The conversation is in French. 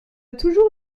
toujours